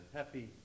happy